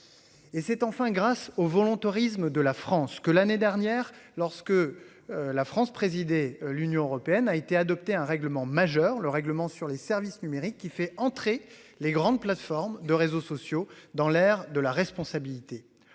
Et c'est enfin grâce au volontarisme de la France que l'année dernière lorsque la France présidait l'Union européenne a été adopté un règlement majeure le règlement sur les services numériques qui fait entrer les grandes plateformes de réseaux sociaux dans l'air de la responsabilité.